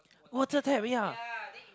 water tap yeah